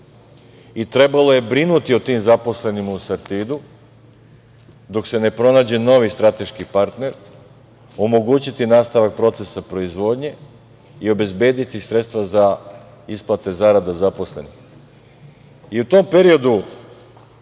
Trebalo je brinuti o tim zaposlenima u „Sartidu“ dok se ne pronađe novi strateški partner, omogućiti nastavak procesa proizvodnje i obezbediti sredstva za isplate zarade zaposlenima.U tom periodu,